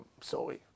sorry